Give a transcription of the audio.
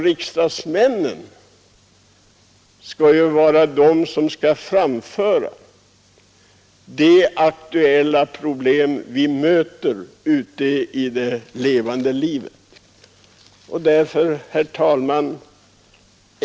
Riksdagsmännen skall också ta upp de problem de möter ute i levande livet.